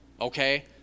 Okay